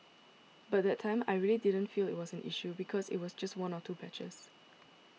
but that time I really didn't feel it was an issue because it was just one or two patches